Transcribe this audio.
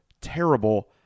terrible